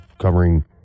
covering